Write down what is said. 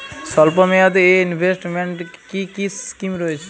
স্বল্পমেয়াদে এ ইনভেস্টমেন্ট কি কী স্কীম রয়েছে?